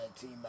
team